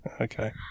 Okay